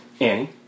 Annie